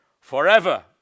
forever